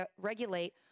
regulate